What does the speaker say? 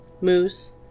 moose